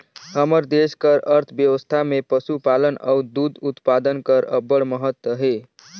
हमर देस कर अर्थबेवस्था में पसुपालन अउ दूद उत्पादन कर अब्बड़ महत अहे